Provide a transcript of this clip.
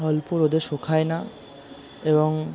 অল্প রোদে শুকায় না এবং